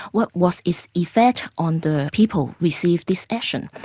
what was its effect on the people receiving this action?